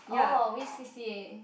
uh which C_C_A